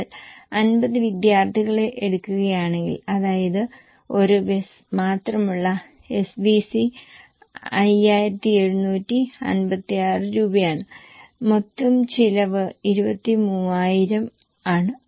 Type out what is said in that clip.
നിങ്ങൾ 50 വിദ്യാർത്ഥികളെ എടുക്കുകയാണെങ്കിൽ അതായത് 1 ബസ് മാത്രമുള്ള SVC 5756 രൂപ ആണ് മൊത്തം ചിലവ് 23000 ആണ്